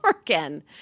again